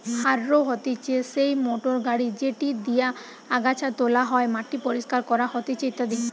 harrow হতিছে সেই motor গাড়ি যেটি দিয়া আগাছা তোলা হয়, মাটি পরিষ্কার করা হতিছে ইত্যাদি